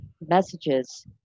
messages